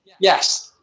Yes